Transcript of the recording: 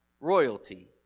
royalty